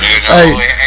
Hey